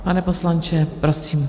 Pane poslanče, prosím.